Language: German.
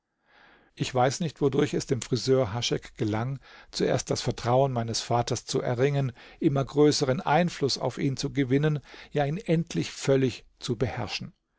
ich weiß nicht wodurch es dem friseur haschek gelang zuerst das vertrauen meines vaters zu erringen immer größeren einfluß auf ihn zu gewinnen ja ihn endlich völlig zu beherrschen